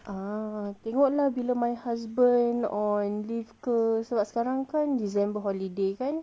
ah tengok lah bila my husband on leave cause ke sebab sekarang kan december holiday kan